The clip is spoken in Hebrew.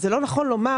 זה לא נכון לומר,